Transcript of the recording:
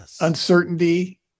uncertainty